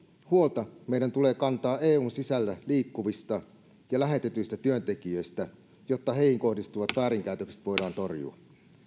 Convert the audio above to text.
huolta meidän tulee kantaa eun sisällä liikkuvista ja lähetetyistä työntekijöistä jotta heihin kohdistuvat väärinkäytökset voidaan torjua